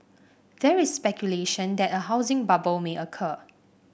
there is speculation that a housing bubble may occur